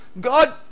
God